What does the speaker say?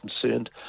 concerned